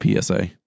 PSA